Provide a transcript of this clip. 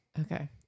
Okay